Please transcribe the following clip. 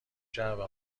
جعبه